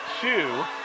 two